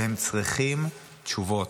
והם צריכים תשובות.